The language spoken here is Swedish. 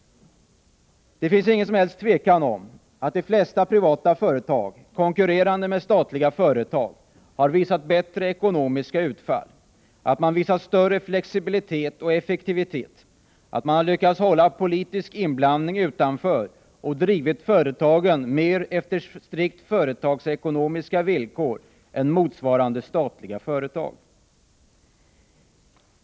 Det råder inget som helst tvivel om att de flesta privata företag konkurrerande med statliga företag har visat bättre ekonomiska utfall. De har visat större flexibilitet och större effektivitet. Man har lyckats hålla politisk inblandning utanför, och man har drivit företagen på mer strikt företagsekonomiska villkor än vad som varit fallet med motsvarande statliga företag.